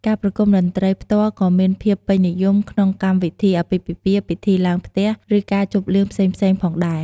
ការប្រគំតន្ត្រីផ្ទាល់ក៏មានភាពពេញនិយមក្នុងកម្មវិធីអាពាហ៍ពិពាហ៍ ពិធីឡើងផ្ទះ ឬការជប់លៀងផ្សេងៗផងដែរ។